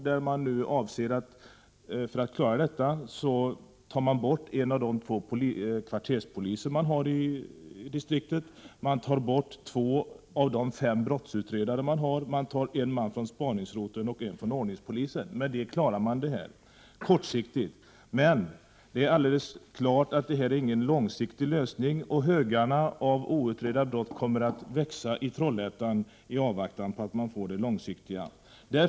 För att klara denna situation tar man bort en av de två kvarterspoliser som finns i distriktet. Två av de fem brottsutredarna tas bort. En man från spaningsroteln och en från ordningspolisen tas bort. På så sätt klarar man situationen kortsiktigt. Men det är alldeles klart att detta inte är en långsiktig lösning. Högarna av outredda brott kommer att växa i Trollhättan i avvaktan på att man får en långsiktig lösning.